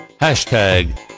hashtag